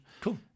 Cool